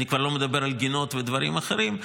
אני כבר לא מדבר על גינות ודברים אחרים.